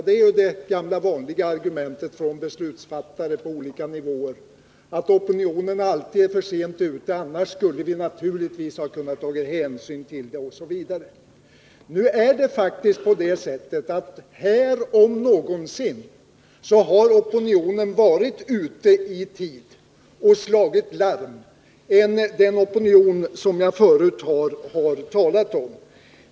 Det är det gamla vanliga argumentet från beslutsfattare på olika nivåer. Det heter att opinionen är för sent ute, annars skulle man naturligtvis ha kunnat ta hänsyn, osv. Nu förhåller det sig faktiskt så, att här om någonsin har opinionen varit ute i tid och slagit larm i motsats till den opinion som jag förut har talat om.